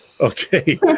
Okay